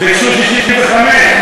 ביקשו 65,